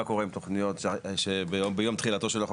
מה קורה עם תוכניות שביום תחילתו של החוק,